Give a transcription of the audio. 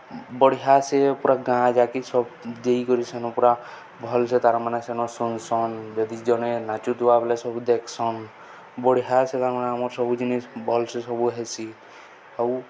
ବଢ଼ିଆସେ ପୁରା ଗାଁ ଯାକି ସବୁ ଦେଇକରି ସେନ ପୁରା ଭଲ୍ସେ ତାର୍ମାନେ ସେନ ଶୁନ୍ସନ୍ ଯଦି ଜଣେ ନାଚୁଥିବା ବେଲେ ସବୁ ଦେଖ୍ସନ୍ ବଢ଼ିଆସେ ତାର୍ମାନେ ଆମର୍ ସବୁ ଜିନିଷ୍ ଭଲ୍ସେ ସବୁ ହେସି ଆଉ